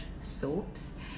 soaps